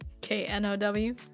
K-N-O-W